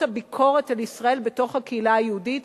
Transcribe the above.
הביקורת על ישראל בתוך הקהילה היהודית,